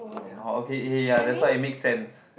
orh okay eh ya that's why it makes sense